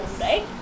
right